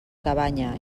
cabanya